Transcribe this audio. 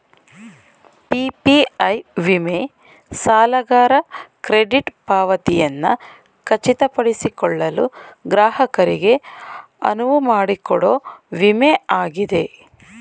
PPI ವಿಮೆ ಸಾಲಗಾರ credit ಪಾವತಿಯನ್ನ ಖಚಿತಪಡಿಸಿಕೊಳ್ಳಲು ಗ್ರಾಹಕರಿಗೆ ಅನುವುಮಾಡಿಕೊಡೊ ವಿಮೆ ಆಗಿದೆ